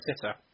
sitter